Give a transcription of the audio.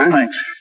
Thanks